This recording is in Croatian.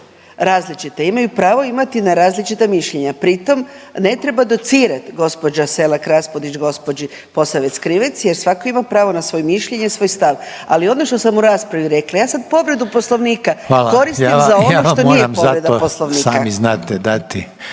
različita, imaju pravo imati na različita mišljenja. Pritom ne treba docirat gospođa Selak Raspudić gospođi Posavec Krivec jer svako ima pravo na svoje mišljenje, svoj stav, ali ono što sam u raspravi rekla ja sad povredu Poslovnika koristim …/Upadica Željko Reiner: Hvala./… za ono što nije povreda